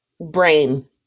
brain